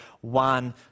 one